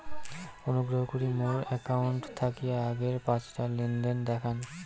অনুগ্রহ করি মোর অ্যাকাউন্ট থাকি আগের পাঁচটা লেনদেন দেখান